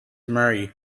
murray